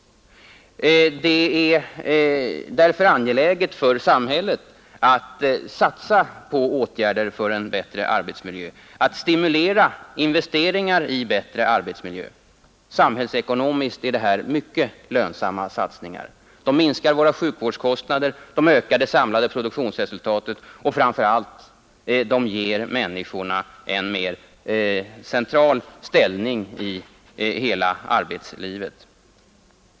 Det är därför angeläget för samhället att satsa på åtgärder för en bättre arbetsmiljö, att stimulera investeringar i bättre arbetsmiljö. Samhällsekonomiskt är det här mycket lönsamma satsningar. De minskar våra sjukvårdskostnader, de ökar det samlade produktionsresultatet och framför allt — de ger människan en mer central ställning i hela arbetslivet.